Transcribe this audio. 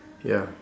ya